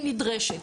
היא נדרשת,